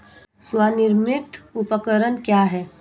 स्वनिर्मित उपकरण क्या है?